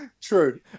True